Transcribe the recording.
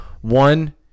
one